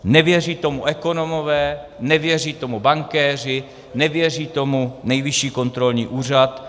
Nevěří tomu ekonomové, nevěří tomu bankéři, nevěří tomu Nejvyšší kontrolní úřad.